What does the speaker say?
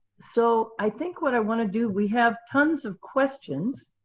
so, i think what i want to do we have tons of questions.